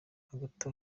hagati